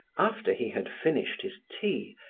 after he had finished his tea,